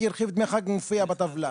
כי רכיב דמי חג מופיע בטבלה.